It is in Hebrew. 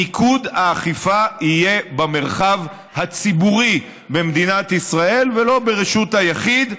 מיקוד האכיפה יהיה במרחב הציבורי במדינת ישראל ולא ברשות היחיד,